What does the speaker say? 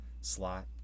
slot